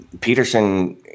Peterson –